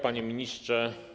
Panie Ministrze!